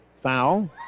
foul